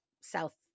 south